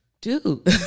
dude